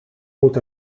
moet